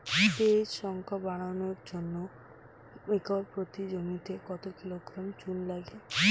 PH সংখ্যা বাড়ানোর জন্য একর প্রতি জমিতে কত কিলোগ্রাম চুন লাগে?